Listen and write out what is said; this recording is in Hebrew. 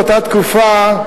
באותה תקופה,